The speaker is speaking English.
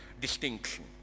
distinction